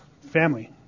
Family